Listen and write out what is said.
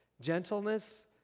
gentleness